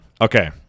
Okay